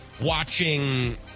watching